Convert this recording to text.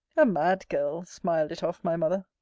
a mad girl! smiled it off my mother.